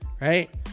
Right